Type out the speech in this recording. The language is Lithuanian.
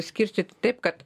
skirstyti taip kad